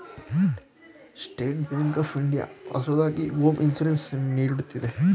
state Bank of India ಹೊಸದಾಗಿ home insurance ನೀಡುತ್ತಿದೆ